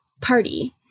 party